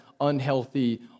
unhealthy